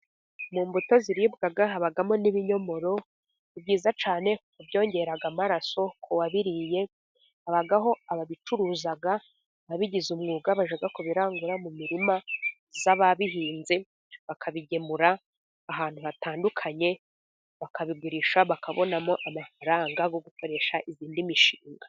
Mu mbuto ziribwa habamo n'ibinyomoro byiza cyane mu byongera amaraso ku wabiririye . Habaho ababicuruza, ababigize umwuga bajya kubirangura mu mirima z'ababihinze, bakabigemura ahantu hatandukanye, bakabigurisha, bakabonamo amafaranga yo gukoresha indi mishinga.